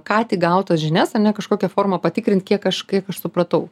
ką tik gautas žinias ar ne kažkokia forma patikrint kiek aš kiek aš supratau